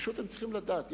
פשוט הם צריכים לדעת.